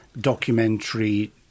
documentary